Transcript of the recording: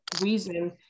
reason